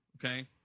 okay